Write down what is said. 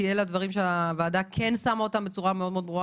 כי אלה דברים שהוועדה כן שמה בצורה מאוד ברורה